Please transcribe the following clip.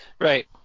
Right